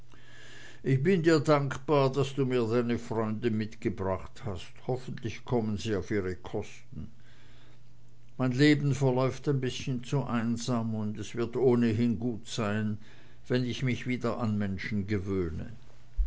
ich bin dir dankbar daß du mir deine freunde mitgebracht hast hoffentlich kommen sie auf ihre kosten mein leben verläuft ein bißchen zu einsam und es wird ohnehin gut sein wenn ich mich wieder an menschen gewöhne